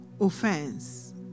offense